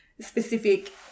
specific